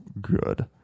good